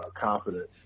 confidence